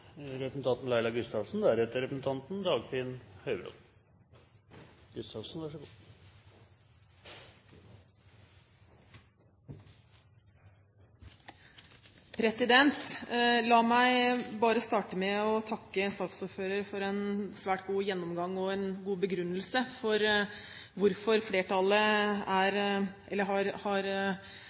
La meg starte med å takke saksordføreren for en svært god gjennomgang og en god begrunnelse for hvorfor flertallet har sagt tydelig fra at en politisk boikott nå av regimet i Iran ikke er